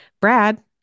brad